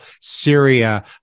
Syria